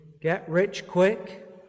get-rich-quick